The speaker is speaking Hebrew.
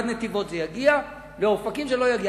עד נתיבות היא תגיע ולאופקים היא לא תגיע.